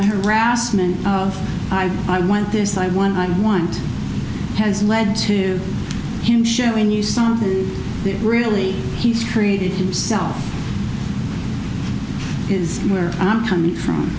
the harassment i want this side one on one has led to him showing you something that really he's created himself is where i'm coming from